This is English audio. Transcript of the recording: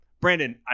Brandon